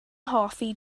hoffi